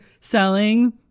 selling